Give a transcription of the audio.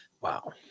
Wow